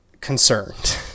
concerned